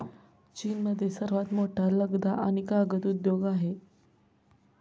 चीनमध्ये सर्वात मोठा लगदा आणि कागद उद्योग आहे